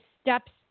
steps